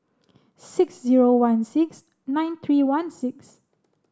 six zero one six nine three one six